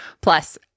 plus